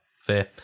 fair